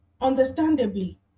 understandably